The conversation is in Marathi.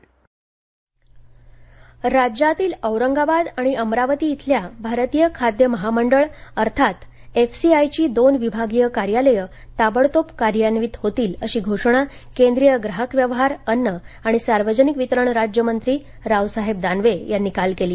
भारतीय खाद्य महामंडळ राज्यातील औरंगाबाद आणि अमरावती इथल्या भारतीय खाद्य महामंडळ अर्थात एफसीआयची दोन विभागीय कार्यालयं ताबडतोब कार्यान्वित होतील अशी घोषणा केंद्रीय ग्राहक व्यवहार अन्न आणि सार्वजनिक वितरण राज्यमंत्री रावसाहेब दानवे यांनी काल केली